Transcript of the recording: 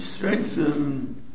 Strengthen